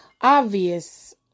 obvious